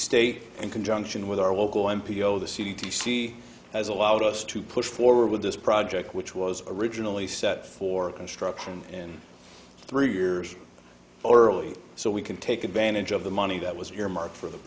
state in conjunction with our local m p oh the c d c has allowed us to push forward with this project which was originally set for construction in three years early so we can take advantage of the money that was